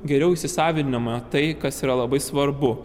geriau įsisavinama tai kas yra labai svarbu